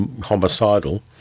homicidal